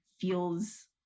feels